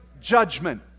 judgment